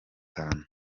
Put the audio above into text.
itanu